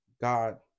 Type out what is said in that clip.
God